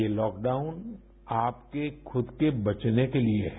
ये लॉकडाउन आपके खुद के बचने के लिए है